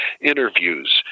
interviews